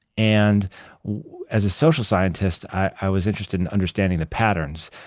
and as a social scientist, i was interested in understanding the patterns.